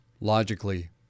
logically